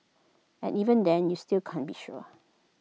and even then you still can't be sure